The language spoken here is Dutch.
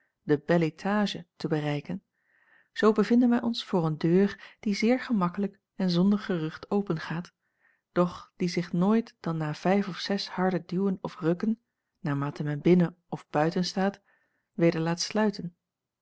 den bel étage te bereiken zoo bevinden wij ons voor een deur die zeer gemakkelijk en zonder gerucht opengaat doch die zich nooit dan na vijf of zes harde duwen of rukken naarmate men binnen of buiten staat weder laat sluiten